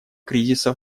кризиса